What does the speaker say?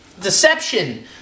Deception